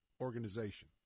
organization